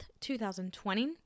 2020